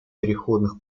переходных